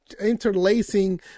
interlacing